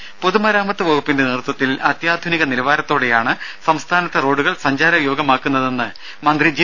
രെ പൊതുമരാമത്ത് വകുപ്പിന്റെ നേതൃത്വത്തിൽ അത്യാധുനിക നിലവാരത്തോടെയാണ് സംസ്ഥാനത്തെ റോഡുകൾ സഞ്ചാരയോഗ്യമാക്കുന്നതെന്ന് മന്ത്രി ജി